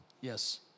Yes